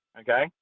okay